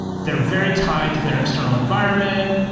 they're very tied to their external environment,